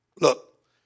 look